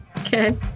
Okay